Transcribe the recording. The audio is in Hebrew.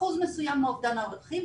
אחוז מסוים מאובדן הרווחים,